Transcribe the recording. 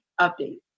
Update